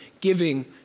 giving